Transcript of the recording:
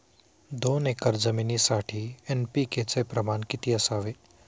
दोन एकर जमिनीसाठी एन.पी.के चे प्रमाण किती असावे?